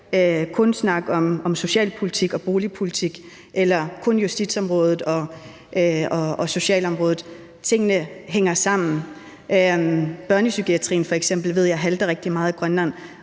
kun snakke om socialpolitik og boligpolitik eller kun om justitsområdet og socialområdet. Tingene hænger sammen. Børnepsykiatrien ved jeg f.eks. halter rigtig meget i Grønland,